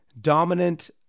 dominant